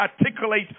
articulate